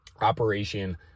operation